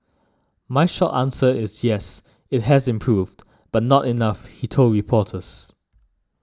my short answer is yes it has improved but not enough he told reporters